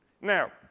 Now